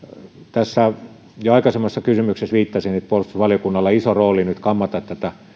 tässä jo aikaisemmassa kysymyksessäni viittasin että puolustusvaliokunnalla on iso rooli nyt kammata tätä